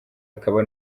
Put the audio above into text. akaba